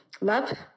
love